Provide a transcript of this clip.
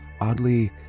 oddly